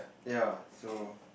ya so